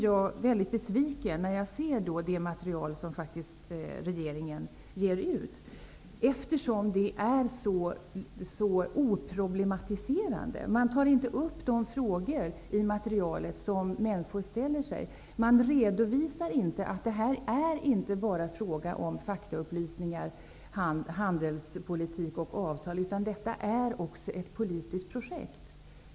Jag blir därför besviken när jag ser det material som faktiskt regeringen ger ut, eftersom det är så oproblematiserande. Man tar i materialet inte upp de frågor som människor ställer sig och man redovisar inte att detta inte bara är fråga om faktaupplysningar, handelspolitik och avtal utan att detta också är ett politiskt projekt.